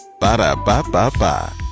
Ba-da-ba-ba-ba